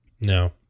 No